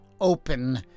open